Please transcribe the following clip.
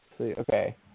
Okay